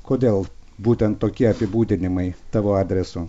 kodėl būtent tokie apibūdinimai tavo adresu